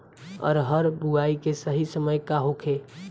अरहर बुआई के सही समय का होखे?